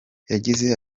yagize